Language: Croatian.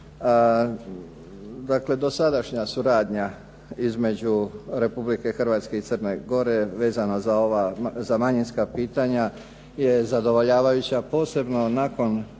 Dakle dosadašnja suradnja između Republike Hrvatske i Crne Gore, vezana za ova, za manjinska pitanja je zadovoljavajuća, posebno nakon